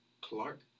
Clark